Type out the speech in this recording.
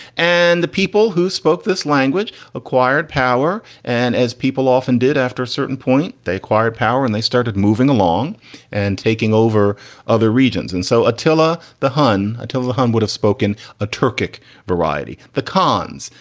and the people who spoke this language acquired power. and as people often did, after a certain point, they acquired power and they started moving along and taking over other regions. and so attila the hun, attila the hun would have spoken a turkic variety. the cons,